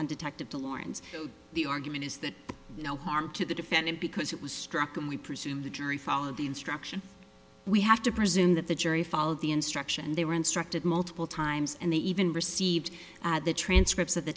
laurens the argument is that no harm to the defendant because it was struck and we presume the jury follow the instruction we have to presume that the jury follow the instruction they were instructed multiple times and they even received the transcripts of the